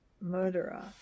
murderer